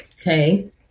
Okay